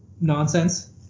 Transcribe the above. nonsense